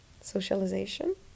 socialization